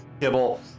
Kibble